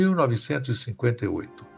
1958